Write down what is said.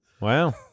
Wow